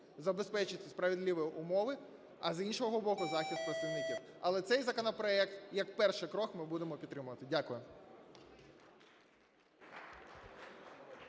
забезпечити справедливі умови, а, з іншого боку, захист працівників. Але цей законопроект, як перший крок, ми будемо підтримувати. Дякую.